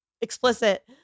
explicit